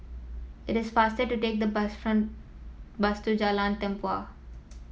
it is faster to take the bus from bus to Jalan Tempua